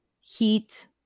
heat